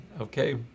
Okay